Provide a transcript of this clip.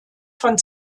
von